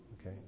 Okay